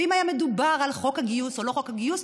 ואם היה מדובר על חוק הגיוס או לא חוק הגיוס,